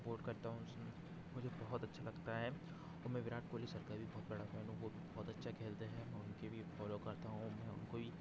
support करता हूँ मुझे बहुत अच्छा लगता है और मैं विराट कोहली सर का भी बहुत बड़ा फैन हूँ वह भी बहुत अच्छा खेलते हैं हम उनको भी फ़ॉलो करता हूँ मैं उनको भी